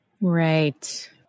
Right